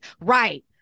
Right